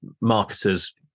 marketers